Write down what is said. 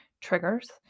triggers